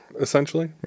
essentially